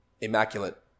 immaculate